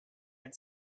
had